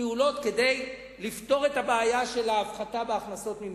פעולות כדי לפתור את הבעיה של ההפחתה בהכנסות ממסים,